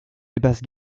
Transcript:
dépasse